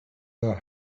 the